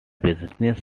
businesses